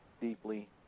deeply